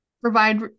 provide